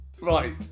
Right